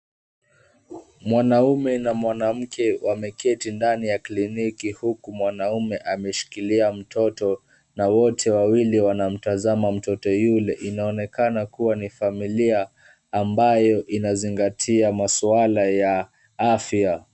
Mwanaume na mwanamke wameketi ndani ya kliniki, huku mwanaume ameshikilia mtoto na wote wawili wanamtazama mtoto yule, inaonekana kuwa ni familia ambayo imezingatia masuala ya afya.